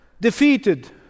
defeated